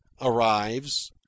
arrives